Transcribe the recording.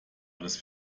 alles